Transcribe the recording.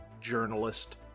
journalist